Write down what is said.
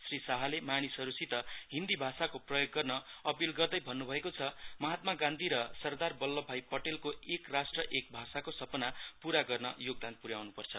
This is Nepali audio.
श्री साहले मानिसहरुसित हिन्दी भाषाको प्रयोग गर्न अपिल गर्दै भन्नुभएको छ महात्मा गान्धी र सरदार बल्लभ भाई पाटेलको एक राष्ट्र एक भाषाको सपना पूरा गर्न योगदान पुर्याउनु पर्छ